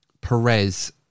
Perez